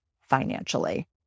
financially